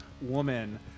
woman